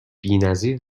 بینظیر